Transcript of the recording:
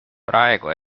praegu